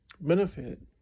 benefit